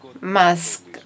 mask